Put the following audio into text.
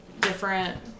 different